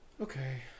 Okay